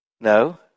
No